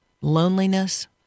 loneliness